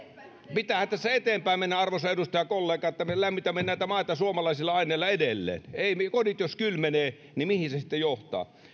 pitäähän tässä eteenpäin mennä arvoisa edustajakollega että me lämmitämme näitä maita suomalaisilla aineilla edelleen jos kodit kylmenevät niin mihin se sitten johtaa